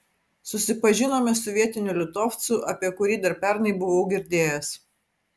susipažinome su vietiniu litovcu apie kurį dar pernai buvau girdėjęs